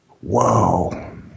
Whoa